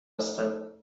هستم